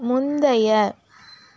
முந்தைய